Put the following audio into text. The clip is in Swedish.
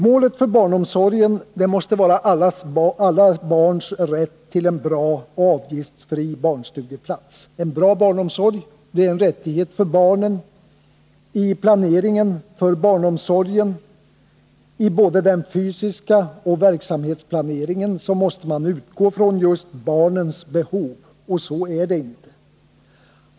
Målet för barnomsorgen måste vara alla barns rätt till en bra och avgiftsfri barnstugeplats. Bra barnomsorg är en rättighet för barnen, och i planeringen för barnomsorgen — både i den fysiska planeringen och i verksamhetsplaneringen — måste man utgå från just barnens behov. Men så är det inte.